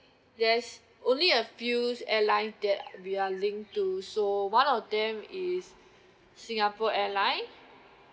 there's only a few airline that we are link to so one of them is Singapore Airline